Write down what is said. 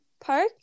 park